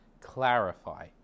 clarify